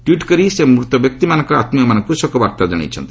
tweet କରି ସେ ମୃତବ୍ୟକ୍ତିମାନଙ୍କ ଆତ୍ମୀୟମାନଙ୍କୁ ଶୋକବାର୍ତ୍ତା ଜଣାଇଛନ୍ତି